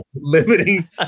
limiting